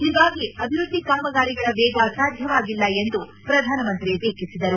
ಹೀಗಾಗಿ ಅಭಿವೃದ್ದಿ ಕಾಮಗಾರಿಗಳ ವೇಗ ಸಾಧ್ಯವಾಗಿಲ್ಲ ಎಂದು ಪ್ರಧಾನಮಂತ್ರಿ ಟೀಕಿಸಿದರು